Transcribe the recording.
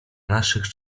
naszych